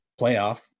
playoff